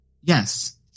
Yes